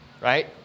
Right